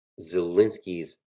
Zelensky's